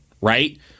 right